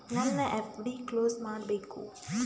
ನನ್ನ FD close ಮಾಡಬೇಕು